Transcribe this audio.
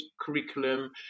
curriculum